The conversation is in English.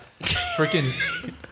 Freaking